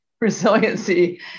resiliency